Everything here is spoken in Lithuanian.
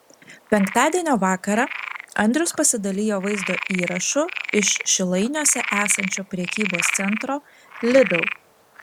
penktadienio vakarą andrius pasidalijo vaizdo įrašu iš šilainiuose esančio prekybos centro lidl